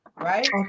right